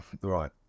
Right